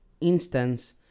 instance